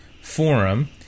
forum